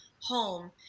home